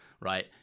right